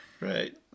Right